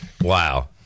Wow